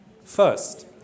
First